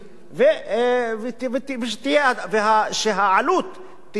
ושהעלות תהיה פרופורציונלית,